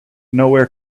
nowhere